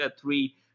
three